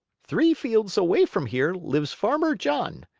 three fields away from here lives farmer john.